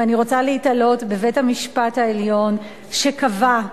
ואני רוצה להיתלות בבית-המשפט העליון שקבע,